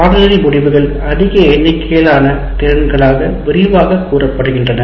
பாடநெறி முடிவுகள் அதிக எண்ணிக்கையிலான திறன்களாக விரிவாகக் கூறப்படுகின்றன